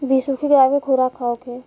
बिसुखी गाय के खुराक का होखे?